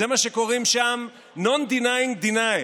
לזה קוראים שם non-denying denial.